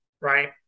right